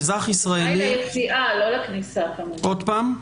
עוד פעם?